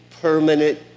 permanent